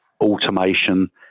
automation